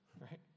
right